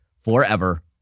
forever